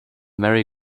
merry